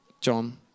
John